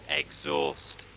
exhaust